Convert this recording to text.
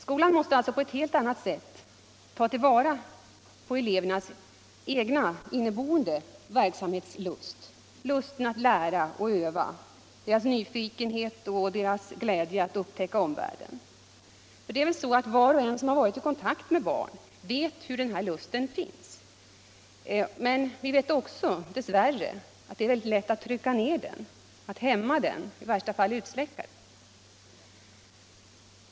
Skolan måste alltså på ett helt annat sätt ta till vara elevernas inneboende verksamhetslust, lusten att lära och öva, deras nyfikenhet och glädje att upptäcka omvärlden. Var och en som varit i kontakt med barn vet hur den här lusten finns, men vi vet också dess värre att det är väldigt lätt att trycka ned den och även att i värsta fall utsläcka den.